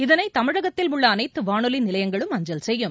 இதனை தமிழகத்தில் உள்ளஅனைத்துவானொலிநிலையங்களும் அஞ்சல் செய்யும்